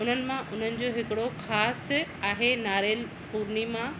हुननि मां हुननि हिकड़ो ख़ासि आहे नारियल पुर्णिमा